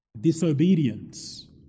Disobedience